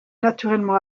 naturellement